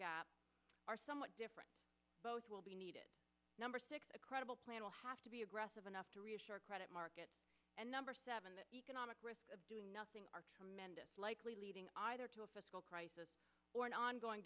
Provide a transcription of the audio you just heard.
gap are somewhat different both will be needed number six a credible plan will have to be aggressive enough to reassure credit markets and number seven economic risk of doing nothing are tremendous likely leading to a fiscal crisis or an ongoing